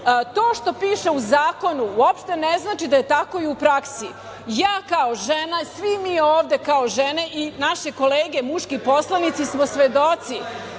To što piše u zakonu uopšte ne znači da je tako i u praksi. Ja kao žena, sve mi ovde kao žene i naše kolege muške, poslanici, smo svedoci